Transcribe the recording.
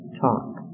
talk